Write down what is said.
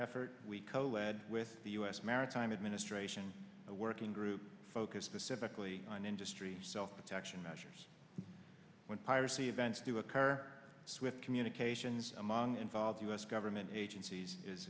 effort we co lead with the u s maritime administration the working group focus specifically on industry self protection measures when piracy events do occur with communications among involved u s government agencies is